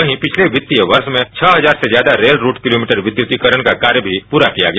वहीं पिछले वित्तीय वर्ष में छह हजार से ज्यादा रेल रूट किलोमीटर विद्युतीकरण का कार्य भी पूरा किया गया